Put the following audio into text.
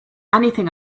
anything